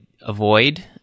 avoid